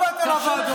אתה לא באת לוועדות.